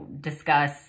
discuss